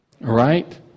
Right